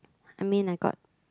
I mean I got